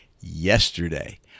yesterday